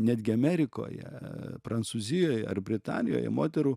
netgi amerikoje prancūzijoje ar britanijoje moterų